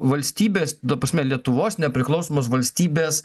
valstybės ta prasme lietuvos nepriklausomos valstybės